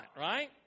right